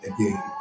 again